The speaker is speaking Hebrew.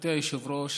גברתי היושבת-ראש,